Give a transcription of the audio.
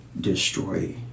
destroy